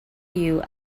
you